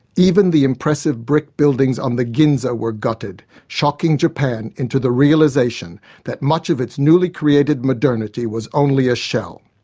even the impressive brick buildings on the ginza were gutted, shocking japan into the realisation that much of its newly created modernity was only a shell.